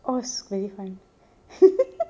very fun